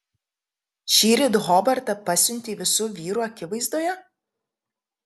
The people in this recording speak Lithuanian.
šįryt hobartą pasiuntei visų vyrų akivaizdoje